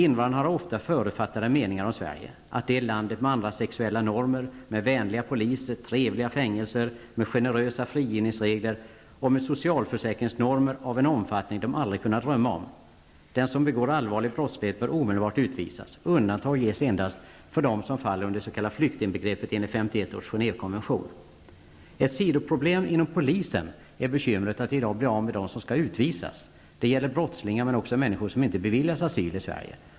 Invandrarna har ofta förutfattade meningar om Sverige, att det är landet med andra sexuella normer, med vänliga poliser, med trevliga fängelser, med generösa frigivningsregler och med socialförsäkringsnormer av en omfattning som de aldrig hade kunnat drömma om. Den som begår allvarlig brottslighet bör omedelbart utvisas. Undantag skall ges endast för dem som faller under det s.k. flyktingbegreppet enligt 1951 års Genèvekonvention. Ett sidoproblem inom polisen är bekymret att i dag bli av med dem som skall utvisas. Det gäller brottslingar men också människor som inte beviljats asyl i Sverige.